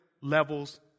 levels